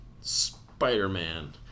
Spider-Man